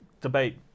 debate